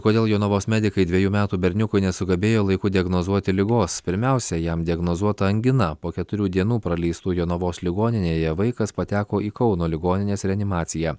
kodėl jonavos medikai dvejų metų berniukui nesugebėjo laiku diagnozuoti ligos pirmiausia jam diagnozuota angina po keturių dienų praleistų jonavos ligoninėje vaikas pateko į kauno ligoninės reanimaciją